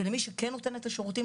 ולמי שכן נותן את השירותים,